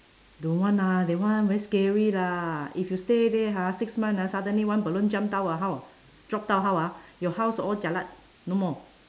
don't want ah that one very scary lah if you stay there ha six month ah suddenly one balloon jump down ah how drop down how ah your house all jialat no more